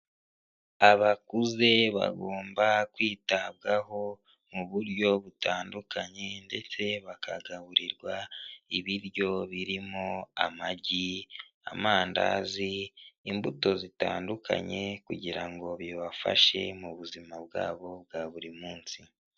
Abakuze bagomba kwitabwaho mu buryo butandukanye, ndetse bakagaburirwa ibiryo birimo amagi, amandazi, imbuto zitandukanye, kugira ngo bibafashe mu buzima bwabo bwa buri munsi.